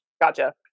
Gotcha